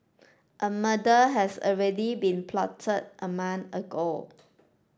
a murder has already been plotted a month ago